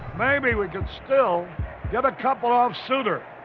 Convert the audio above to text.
maybe we could still get a couple off sutter.